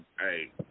hey